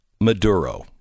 Maduro